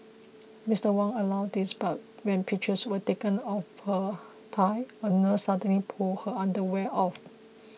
Mister Huang allowed this but when pictures were taken of her thigh a nurse suddenly pulled her underwear off